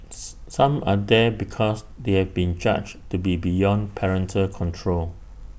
some are there because they have been judged to be beyond parental control